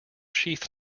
sheath